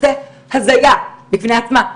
זו הזיה בפני עצמה.